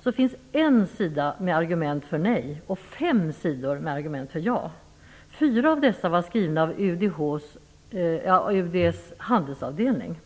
fanns en sida med argument för nej och fem sidor med argument för ja, varav fyra var skrivna av UD:s handelsavdelning.